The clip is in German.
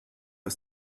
aus